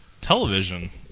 television